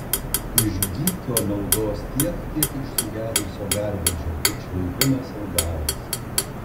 iš gykio naudos tiek kiek iš sugedusio garvežio tik švilpimas ir garas